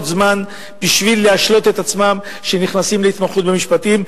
זמן בשביל להשלות את עצמם שהם נכנסים להתמחות במשפטים,